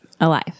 alive